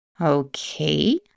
Okay